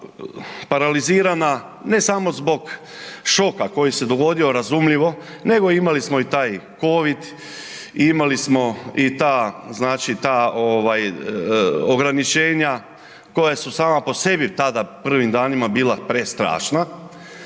bila paralizirana, ne samo zbog šoka koji se dogodio razumljivo, nego imali smo i taj covid, imali smo i ta, znači ta, ovaj ograničenja koja su sama po sebi tada u prvim danima bila prestrašna